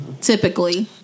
typically